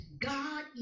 God